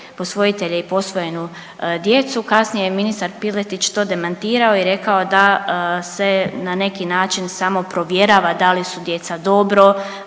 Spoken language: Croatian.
posvojitelje i posvojenu djecu, kasnije je ministar Piletić to demantirao i rekao je da se na neki način samo provjerava da li su djeca dobro,